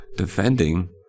Defending